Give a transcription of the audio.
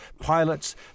pilots